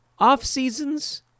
offseasons